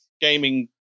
gaming